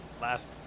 Last